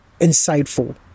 insightful